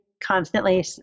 constantly